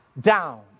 down